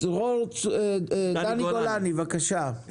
ד"ר דני גולני, בבקשה.